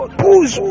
push